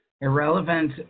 irrelevant